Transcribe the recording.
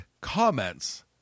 comments